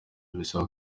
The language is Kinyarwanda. bisaba